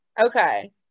Okay